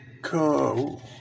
go